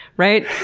right?